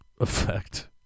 effect